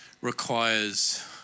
requires